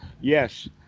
yes